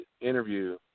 interview